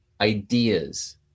ideas